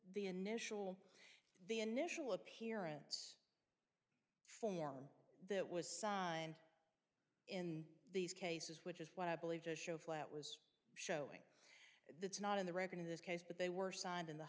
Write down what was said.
the initial the initial appearance form that was signed in these cases which is what i believe to show flat was showing that's not in the record in this case but they were signed in the